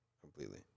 completely